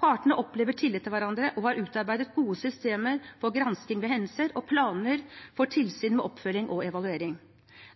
Partene opplever tillit til hverandre og har utarbeidet gode systemer for gransking ved hendelser og planer for tilsyn med oppfølging og evaluering.